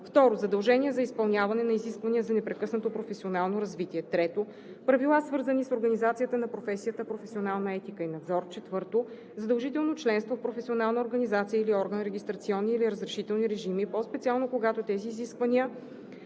2. задължения за изпълняване на изисквания за непрекъснато професионално развитие; 3. правила, свързани с организацията на професията, професионална етика и надзор; 4. задължително членство в професионална организация или орган, регистрационни или разрешителни режими, по-специално когато тези изисквания